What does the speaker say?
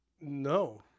No